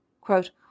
quote